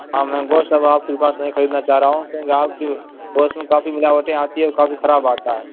ہاں میں گوشت اب آپ کے پاس نہیں خریدنا چاہ رہا ہوں کیوںکہ آپ کی گوشت میں کافی ملاوٹیں آتی ہیں اور کافی خراب آتا ہے